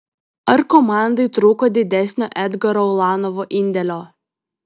ar komandai trūko didesnio edgaro ulanovo indėlio